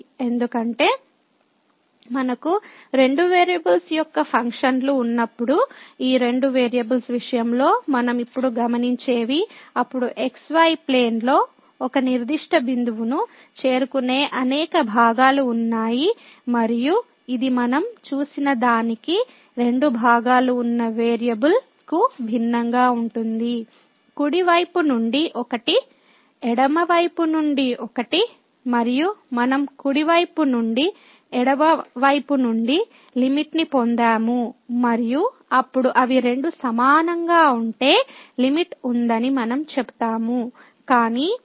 ఎందుకంటే మనకు రెండు వేరియబుల్స్ యొక్క ఫంక్షన్లు ఉన్నప్పుడు ఈ రెండు వేరియబుల్స్ విషయంలో మనం ఇప్పుడు గమనించేవి అప్పుడు xy ప్లేన్ లో ఒక నిర్దిష్ట బిందువును చేరుకునే అనేక భాగాలు ఉన్నాయి మరియు ఇది మనం చూసినదానికి రెండు భాగాలు ఉన్న వేరియబుల్ కు భిన్నంగా ఉంటుంది కుడి వైపు నుండి ఒకటి ఎడమ వైపు నుండి ఒకటి మరియు మనం కుడి వైపు నుండి ఎడమ వైపు నుండి లిమిట్ ని పొందాము మరియు అప్పుడు అవి రెండూ సమానంగా ఉంటే లిమిట్ ఉందని మనం చెప్తాము